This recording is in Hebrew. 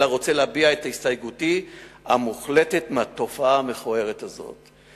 אלא רוצה להביע את הסתייגותי המוחלטת מהתופעה המכוערת הזאת.